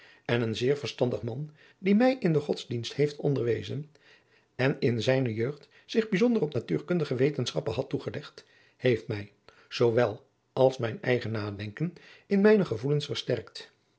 en een zeer verstandig man die mij in den godsdienst heeft onderwezen en in zijne jeugd zich bijzonder op natuurkundige wetenschappen had toegeadriaan loosjes pzn het leven van maurits lijnslager legd heeft mij zoo wel als mijn eigen nadenken in mijne gevoelens versterkt